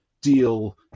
deal